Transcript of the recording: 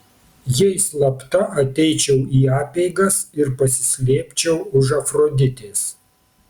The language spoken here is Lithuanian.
jei slapta ateičiau į apeigas ir pasislėpčiau už afroditės